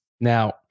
Now